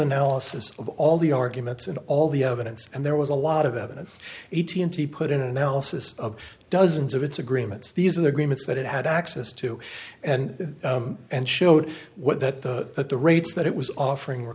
analysis of all the arguments and all the evidence and there was a lot of evidence a t n t put in an analysis of dozens of its agreements these agreements that it had access to and and showed what that the that the rates that it was offering were